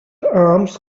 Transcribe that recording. arms